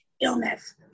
illness